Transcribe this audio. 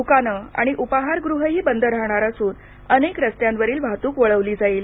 द्रकानं आणि उपाहारगृहही बंद राहणार असून अनेक रस्त्यावरील वाहतूक वळवली जाईल